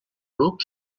grup